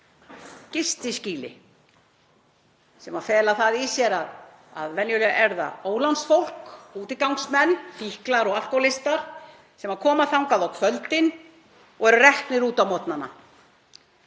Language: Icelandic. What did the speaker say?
gistiskýli sem fela það í sér að venjulega er það ólánsfólk, útigangsmenn, fíklar og alkóhólistar sem koma þangað á kvöldin og eru reknir út á morgnana,